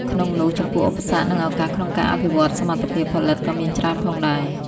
ក្នុងនោះ ចំពោះឧបសគ្គ និងឱកាសក្នុងការអភិវឌ្ឍន៍សមត្ថភាពផលិតក៏មានច្រើនផងដែរ។